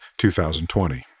2020